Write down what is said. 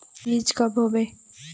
बीज कब होबे?